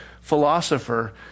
philosopher